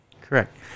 Correct